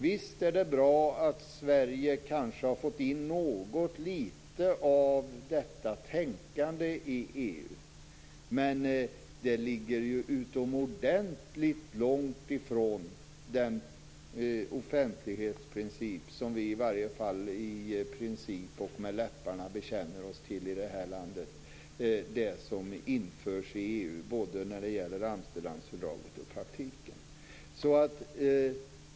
Visst är det bra att Sverige har fått in något litet av detta tänkande i EU, men det som införs i EU - både när det gäller Amsterdamfördraget och i praktiken - ligger utomordentligt långt ifrån den offentlighetsprincip som vi i princip och med läpparna bekänner oss till.